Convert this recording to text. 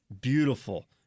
beautiful